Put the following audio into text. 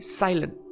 silent